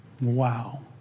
Wow